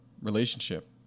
relationship